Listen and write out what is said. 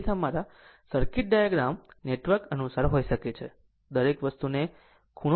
તે તમારા circuit diagram network અનુસાર હોઇ શકે છે દરેક વસ્તુને ખૂણો કરો